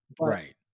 right